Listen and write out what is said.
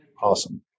Awesome